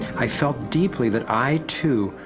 i felt deeply that, i too,